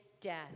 death